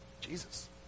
Jesus